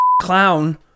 clown